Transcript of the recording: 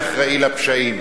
אנחנו יודעים מי אחראי לפשעים.